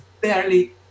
barely